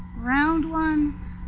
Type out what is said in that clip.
round ones.